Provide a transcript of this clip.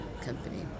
company